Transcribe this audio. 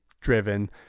driven